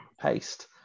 paste